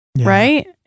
right